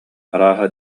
арааһа